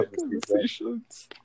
conversations